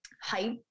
hype